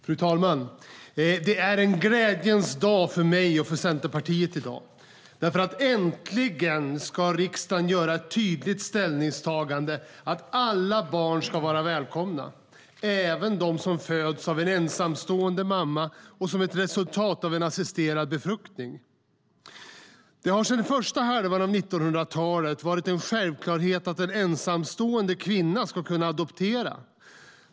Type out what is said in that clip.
Fru talman! Det är en glädjens dag för mig och för Centerpartiet i dag. Äntligen ska riksdagen göra ett tydligt ställningstagande att alla barn ska vara välkomna, även de som föds av en ensamstående mamma och som resultatet av en assisterad befruktning. Det har sedan första halvan av 1900-talet varit en självklarhet att en ensamstående kvinna ska kunna adoptera.